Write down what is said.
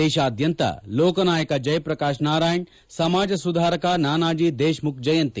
ದೇಶಾದ್ಯಂತ ಲೋಕನಾಯಕ ಜಯಪ್ರಕಾಶ್ ನಾರಾಯಣ್ ಸಮಾಜ ಸುಧಾರಕ ನಾನಾಜೀ ದೇಶ್ಮುಖ್ ಜಯಂತಿ